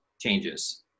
changes